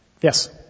yes